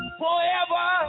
forever